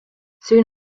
soon